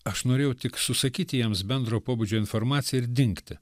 aš norėjau tik susakyti jiems bendro pobūdžio informaciją ir dingti